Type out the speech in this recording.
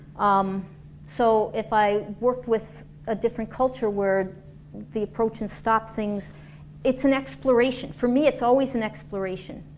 um so if i work with a different culture where the approach and stop things it's an exploration, for me it's always an exploration.